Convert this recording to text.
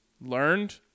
learned